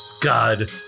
God